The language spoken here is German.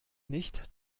nicht